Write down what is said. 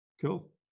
cool